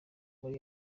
muri